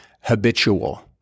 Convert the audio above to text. habitual